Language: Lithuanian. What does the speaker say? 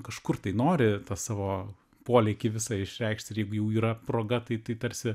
kažkur tai nori tą savo polėkį visa išreikšt ir jeigu jau yra proga tai tarsi